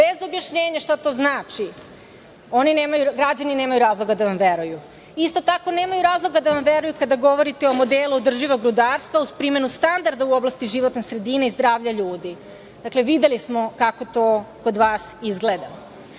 bez objašnjenja šta to znači, građani nemaju razloga da vam veruju. Isto tako, nemaju razloga da vam veruju kada govorite o modelu održivog rudarstva, uz primenu standarda u oblasti životne sredine i zdravlja ljudi. Dakle, videli smo kako to kod vas izgleda.Za